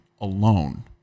alone